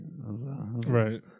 Right